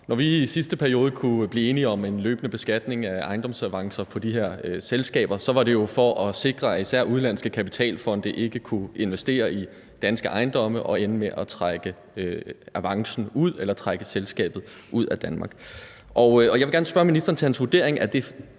Når vi i sidste periode kunne blive enige om en løbende beskatning af ejendomsavancer på de her selskaber, var det jo for at sikre, at især udenlandske kapitalfonde ikke kunne investere i danske ejendomme og ende med at trække avancen ud eller trække selskabet ud af Danmark. Og jeg vil gerne spørge ministeren til hans vurdering